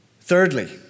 Thirdly